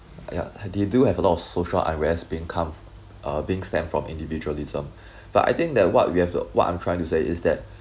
yeah they do have a lot of social unrest being come uh being stemmed from individualism but I think that what we have to what I'm trying to say is that